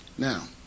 Now